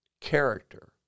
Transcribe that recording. character